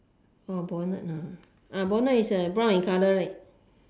orh bonnet ah bonnet is uh brown in colour right